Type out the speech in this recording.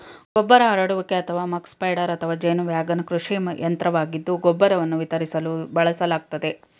ಗೊಬ್ಬರ ಹರಡುವಿಕೆ ಅಥವಾ ಮಕ್ ಸ್ಪ್ರೆಡರ್ ಅಥವಾ ಜೇನು ವ್ಯಾಗನ್ ಕೃಷಿ ಯಂತ್ರವಾಗಿದ್ದು ಗೊಬ್ಬರವನ್ನು ವಿತರಿಸಲು ಬಳಸಲಾಗ್ತದೆ